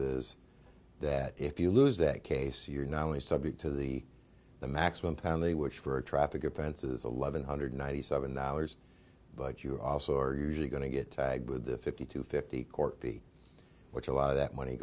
is that if you lose that case you're not only subject to the the maximum pound they wish for a traffic offenses eleven hundred ninety seven dollars but you also are usually going to get tagged with a fifty to fifty court fee which a lot of that money